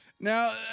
Now